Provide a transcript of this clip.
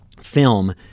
film